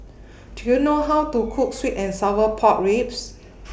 Do YOU know How to Cook Sweet and Sour Pork Ribs